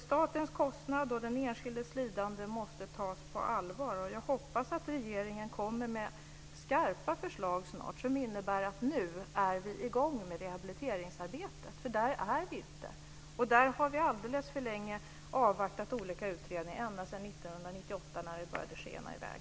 Statens kostnad och den enskildes lidande måste tas på allvar, och jag hoppas att regeringen snart kommer med skarpa förslag som innebär att vi kommer i gång med rehabiliteringsarbetet. För där är vi inte än. Vi har alldeles för länge avvaktat olika utredningar - ända sedan 1998, när det började skena i väg.